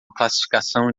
classificação